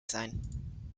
sein